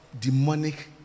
demonic